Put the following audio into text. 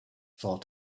thought